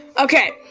okay